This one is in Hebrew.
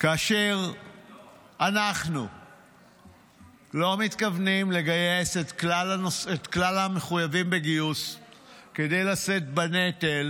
כאשר אנחנו לא מתכוונים לגייס את כלל המחויבים בגיוס כדי לשאת בנטל,